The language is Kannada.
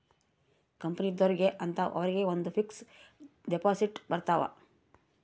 ಕಂಪನಿದೊರ್ಗೆ ಅಂತ ಅವರಿಗ ಒಂದ್ ಫಿಕ್ಸ್ ದೆಪೊಸಿಟ್ ಬರತವ